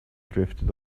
drifted